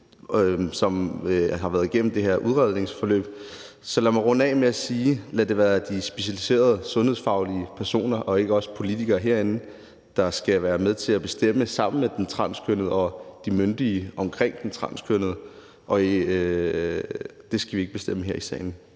og specialiserede fagfolk. Så lad mig runde af med at sige: Lad det være de specialiserede sundhedsfaglige personer og ikke os politikere herinde, der skal være med til at bestemme sammen med den transkønnede og de myndige omkring den transkønnede. Det skal vi ikke bestemme her i salen.